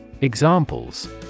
Examples